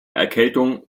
erkältung